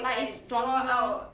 like it's stronger